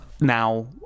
now